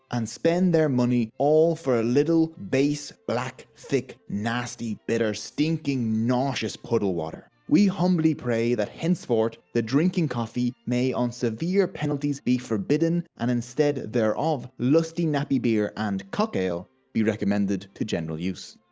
and spend their money, all for ah little base, black, thick, nasty, bitter, stinking, nauseous puddle-water. we humbly pray, that henceforth the drinking coffee may on severe penalties be forbidden and that instead thereof, lusty nappy beer and cock-ale. be recommended to general use.